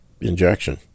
injection